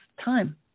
time